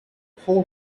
four